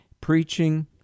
preaching